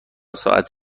ساعت